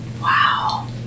Wow